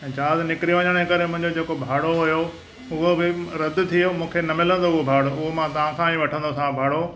जहाज़ु निकिरी वञण करे मुंहिंजो जेको भाड़ो होयो हुओ बि रध थी वियो मूंखे न मिलंदो उहो भाड़ो उहो मां तव्हां खां ही वठंदोसांव भाड़ो